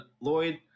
Lloyd